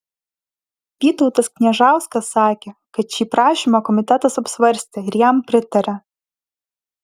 vytautas kniežauskas sakė kad šį prašymą komitetas apsvarstė ir jam pritarė